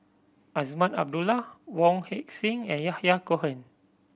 Azman Abdullah Wong Heck Sing and Yahya Cohen